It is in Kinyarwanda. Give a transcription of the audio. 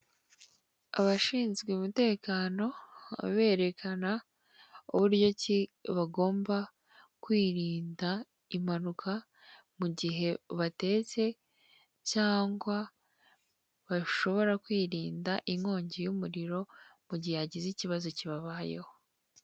Abashinzwe umutekeno barerekana uburyo ki bagomba kwirinda impanuka mu gihe bateze cyangwa bashobora kwirinda inkongi y'umuriro mu gihe hagize ikibazo kibababayeho.